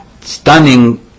stunning